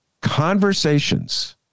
conversations